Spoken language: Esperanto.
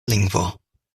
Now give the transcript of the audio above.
lingvo